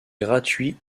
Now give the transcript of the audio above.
gratuit